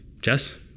Jess